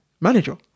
manager